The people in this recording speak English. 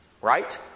Right